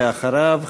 ואחריו,